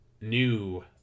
new